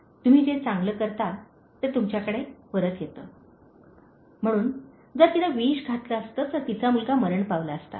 तुम्ही जे चांगले करता ते तुमच्याकडे परत येते" म्हणून जर तिने विष घातले असते तर तिचा मुलगा मरण पावला असता